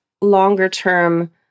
longer-term